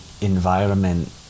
environment